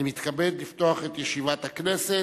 אני מתכבד לפתוח את ישיבת הכנסת.